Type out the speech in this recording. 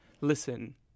listen